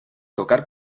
tocar